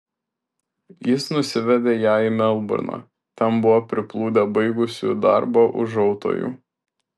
jis nusivedė ją į melburną ten buvo priplūdę baigusių darbą ūžautojų